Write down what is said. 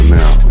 now